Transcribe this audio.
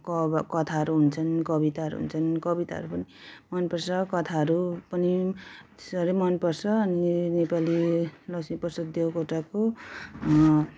कथाहरू हुन्छन् कविताहरू हुन्छन् कविताहरू पनि मन पर्छ कथाहरू पनि त्यो साह्रै मन पर्छ अनि नेपाली लक्ष्मीप्रसाद देवकोटाको